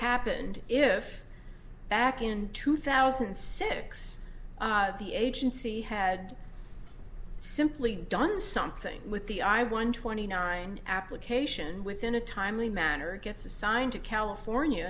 happened if back in two thousand and six the agency had simply done something with the i won twenty nine application within a timely manner gets assigned to california